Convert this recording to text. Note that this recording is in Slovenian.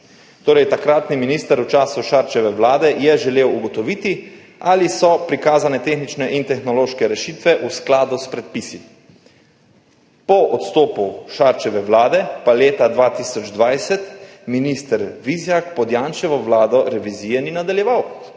Takratni minister v času Šarčeve vlade je želel ugotoviti, ali so prikazane tehnične in tehnološke rešitve v skladu s predpisi. Po odstopu Šarčeve vlade pa leta 2020 minister Vizjak pod Janševo vlado revizije ni nadaljeval.